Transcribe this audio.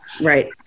Right